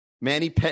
Manny